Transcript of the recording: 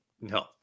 No